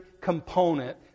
component